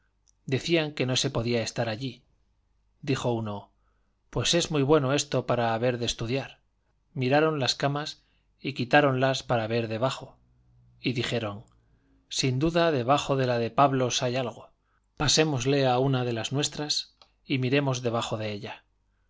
decían que no se podía estar allí dijo uno pues es muy bueno esto para haber de estudiar miraron las camas y quitáronlas para ver debajo y dijeron sin duda debajo de la de pablos hay algo pasémosle a una de las nuestras y miremos debajo de ella